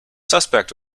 suspect